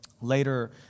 Later